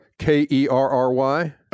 K-E-R-R-Y